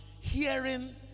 hearing